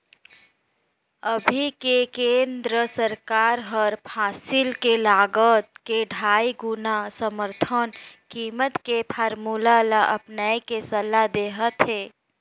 अभी के केन्द्र सरकार हर फसिल के लागत के अढ़ाई गुना समरथन कीमत के फारमुला ल अपनाए के सलाह देहत हे